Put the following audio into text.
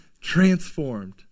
transformed